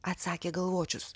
atsakė galvočius